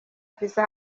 viza